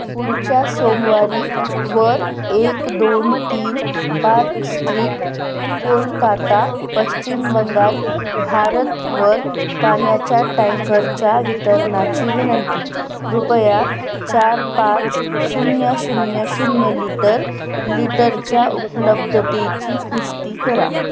पुढच्या सोमवारी वर एक दोन तीन पार्क स्ट्रीट कोलकाता पश्चिम बंगाल भारतवर पाण्याच्या टँकरच्या वितरणाची विनंती कृपया चार पाच शून्य शून्य शून्य लिटर लिटरच्या उपलब्धतेची पुष्टी करा